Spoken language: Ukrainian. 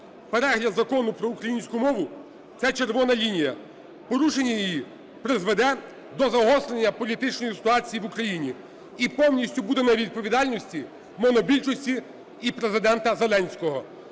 Перегляд Закону про українську мову це червона лінія, порушення її призведе до загострення політичної ситуації в Україні. І повністю буде на відповідальності монобільшості і Президента Зеленського.